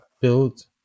build